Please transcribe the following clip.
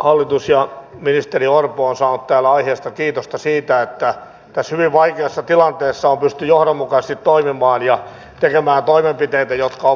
hallitus ja ministeri orpo ovat saaneet täällä aiheesta kiitosta siitä että tässä hyvin vaikeassa tilanteessa on pystytty johdonmukaisesti toimimaan ja tekemään toimenpiteitä jotka